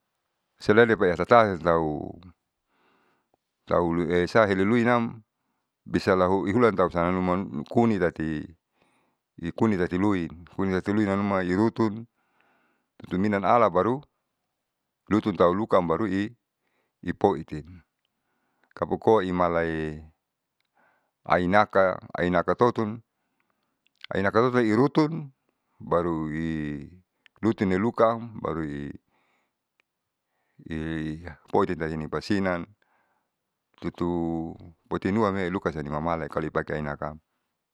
Sialele baihasaintau tau uliesa heliluinam bisa lahu ihulan tausanuma kunitati ikuni tatiluin ikuni tatiluin namnuma ilutun lunina alabaru lutun tau lukam baru i ipoiten kapokoimalai ainaka ainaka totun ainaka totun irutun baru i lutun nelukaam barui i poitintai basinan tutuponituame luka siam niamamala kalu ipaki ainaka.